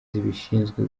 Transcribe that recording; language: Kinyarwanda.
zibishinzwe